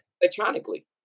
electronically